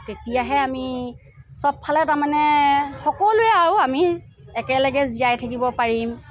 তেতিয়াহে আমি সবফালে তাৰমানে সকলোৱে আৰু আমি একেলগে জীয়াই থাকিব পাৰিম